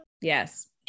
Yes